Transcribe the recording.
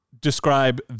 describe